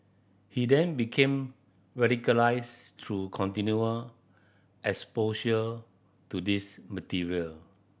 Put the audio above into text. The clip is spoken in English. he then became radicalised through continued exposure to these material